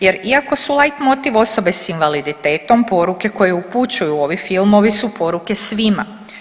Jer iako su lajtmotiv osobe s invaliditetom, poruke koje upućuju ovi filmovi su poruke svima.